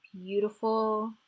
beautiful